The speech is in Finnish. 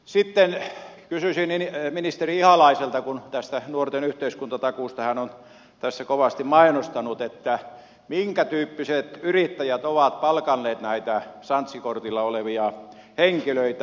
sitten kysyisin ministeri ihalaiselta kun tätä nuorten yhteiskuntatakuuta hän on tässä kovasti mainostanut minkä tyyppiset yrittäjät ovat palkanneet näitä sanssi kortilla olevia henkilöitä